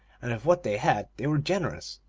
and of what they had they were generous.